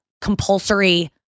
compulsory